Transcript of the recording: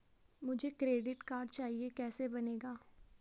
मुझे credit card चाहिए कैसे बनेगा?